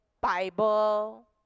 Bible